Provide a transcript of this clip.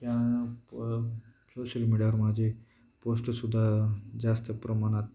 त्या पण सोशल मीडियावर माझे पोस्टसुद्धा जास्त प्रमाणात